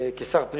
כשר הפנים